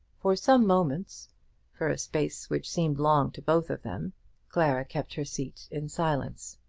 for some moments for a space which seemed long to both of them clara kept her seat in silence.